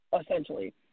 Essentially